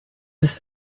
ist